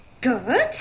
Good